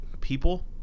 people